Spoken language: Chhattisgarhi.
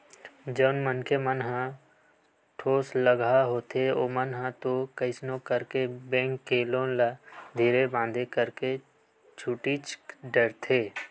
जउन मनखे मन ह ठोसलगहा होथे ओमन ह तो कइसनो करके बेंक के लोन ल धीरे बांधे करके छूटीच डरथे